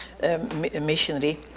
missionary